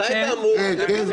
מתי אתה אמור לקבל אותו?